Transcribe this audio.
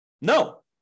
No